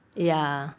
ya